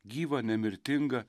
gyvą nemirtingą